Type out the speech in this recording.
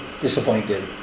disappointed